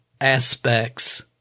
aspects